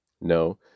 No